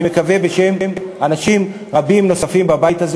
ואני מקווה בשם אנשים רבים נוספים בבית הזה